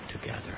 together